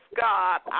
God